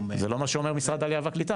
--- זה לא מה שאומר משרד העלייה והקליטה,